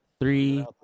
three